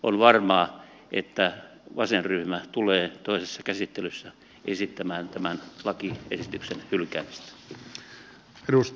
on varmaa että vasenryhmä tulee toisessa käsittelyssä esittämään tämän lakiesityksen hylkäämistä